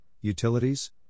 utilities